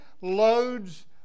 loads